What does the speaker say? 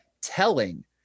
telling